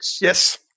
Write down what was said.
Yes